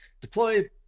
deploy